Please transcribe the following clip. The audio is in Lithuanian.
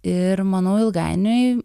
ir manau ilgainiui